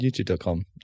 youtube.com